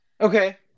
okay